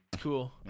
cool